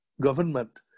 government